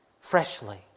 freshly